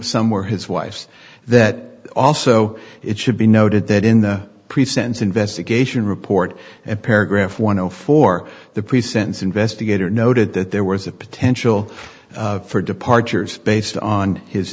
somewhere his wife's that also it should be noted that in the pre sentence investigation report at paragraph one zero four the pre sentence investigator noted that there was a potential for departures based on his